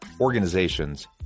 organizations